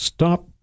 Stop